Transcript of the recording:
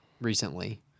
recently